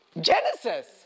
Genesis